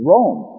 Rome